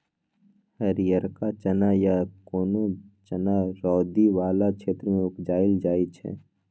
हरियरका चना या कोनो चना रौदी बला क्षेत्र मे उपजाएल जाइ छै